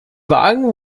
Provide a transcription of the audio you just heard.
wagen